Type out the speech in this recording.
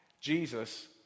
Jesus